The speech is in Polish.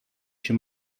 się